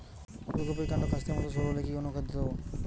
ফুলকপির কান্ড কাস্তের মত সরু হলে কি অনুখাদ্য দেবো?